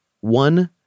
one